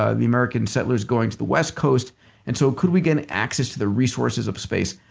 ah the american settlers going to the west coast. and so could we get access to the resources of space?